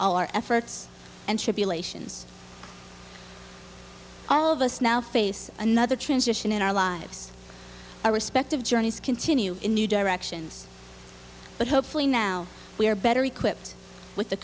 all our efforts and tribulations all of us now face another transition in our lives our respective journeys continue in new directions but hopefully now we are better equipped with the